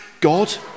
God